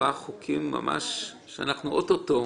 אנחנו מאוד התלבטנו.